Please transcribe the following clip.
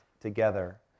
together